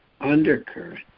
undercurrent